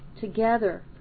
together